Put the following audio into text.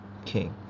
okay